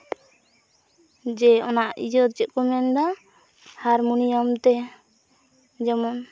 ᱡᱮ ᱚᱱᱟ ᱤᱭᱟᱹᱫᱚ ᱪᱮᱫ ᱠᱚ ᱢᱮᱱ ᱮᱫᱟ ᱦᱟᱨᱢᱳᱱᱤᱭᱟᱢ ᱛᱮ ᱡᱮᱢᱚᱱ